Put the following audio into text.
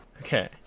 Okay